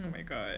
oh my god